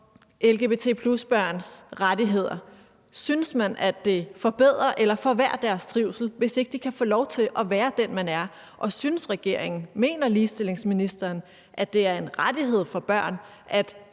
om lgbt+-børns rettigheder. Synes man, at det forbedrer eller forværrer deres trivsel, hvis ikke de kan få lov til at være dem, de er? Og synes regeringen, mener ligestillingsministeren, at det er en rettighed for børn